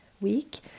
week